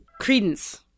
Credence